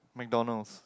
McDonald's